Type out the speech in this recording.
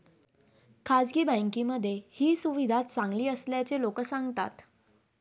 खासगी बँकांमध्ये ही सुविधा चांगली असल्याचे लोक सांगतात